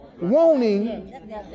wanting